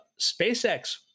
spacex